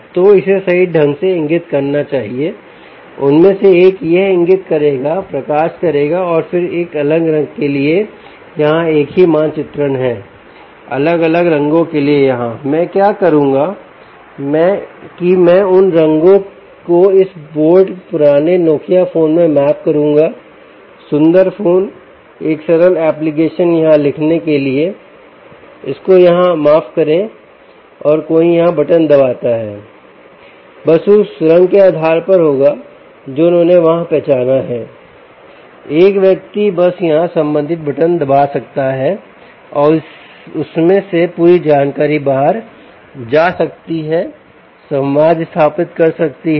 तो इसे सही ढंग से इंगित करना चाहिए उनमें से एक यह इंगित करेगा प्रकाश करेगा और फिर एक अलग रंग के लिए यहाँ एक ही मानचित्रण है अलग अलग रंगों के लिए यहाँ मैं क्या करूँगा की मैं उन रंगों को इस कीबोर्ड पुराने नोकिया फोन में मैप करूँगा सुंदर फोन एक सरल एप्लीकेशन यहाँ लिखने के लिए इसको यहां माफ करें और कोई यहां बटन दबाता है बस उस रंग के आधार पर होगा जो उन्होंने वहां पहचाना है एक व्यक्ति बस यहाँ संबंधित बटन दबा सकता है और उसमें से पूरी जानकारी बाहर जा सकती है संवाद स्थापित कर सकती है